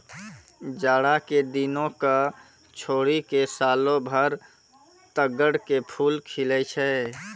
जाड़ा के दिनों क छोड़ी क सालों भर तग्गड़ के फूल खिलै छै